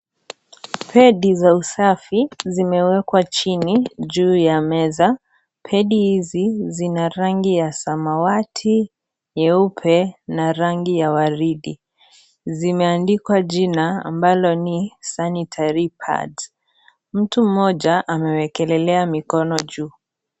Pedi za usafi zimewekwa chini juu ya meza, pedi hizi zina rangi ya samawati, nyeupe na rangi ya waridi, zimeandikwa jina ambalo ni sanitary pads mtu mmoja amewekelelea mikono juu.